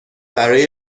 برای